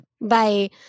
Bye